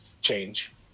change